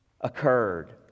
occurred